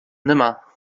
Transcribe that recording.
nimmer